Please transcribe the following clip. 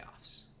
playoffs